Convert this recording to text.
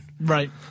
Right